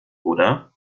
oder